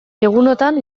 egunotan